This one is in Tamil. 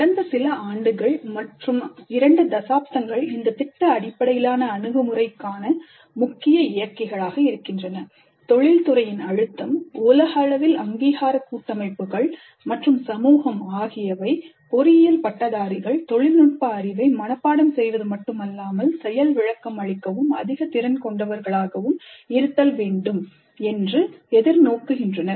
கடந்த சில ஆண்டுகள் மற்றும் இரண்டு தசாப்தங்கள் இந்த திட்ட அடிப்படையிலான அணுகுமுறைக்கான முக்கிய இயக்கிகள் தொழில்துறையின் அழுத்தம் உலகளவில் அங்கீகார கூட்டமைப்புகள் மற்றும் சமூகம் ஆகியவை பொறியியல் பட்டதாரிகள் தொழில்நுட்ப அறிவை மனப்பாடம் செய்வது மட்டும் அல்லாமல் செயல் விளக்கம் அளிக்கவும் அதிக திறன் கொண்டவர்களாக இருத்தல் வேண்டும் என்று எதிர்நோக்குகின்றனர்